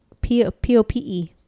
P-O-P-E